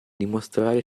dimostrare